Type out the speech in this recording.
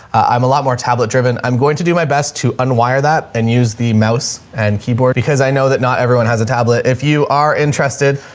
i'm a lot more tablet driven. i'm going to do my best to unwire that and use the mouse and keyboard because i know that not everyone has a tablet. if you are interested,